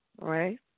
right